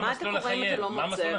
מה המסלול לחייב אותם?